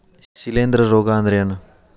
ಶಿಲೇಂಧ್ರ ರೋಗಾ ಅಂದ್ರ ಏನ್?